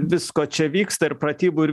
visko čia vyksta ir pratybų ir